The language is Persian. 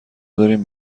داریم